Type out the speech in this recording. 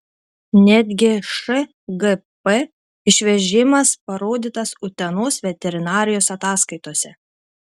netgi šgp išvežimas parodytas utenos veterinarijos ataskaitose